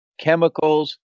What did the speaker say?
chemicals